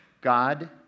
God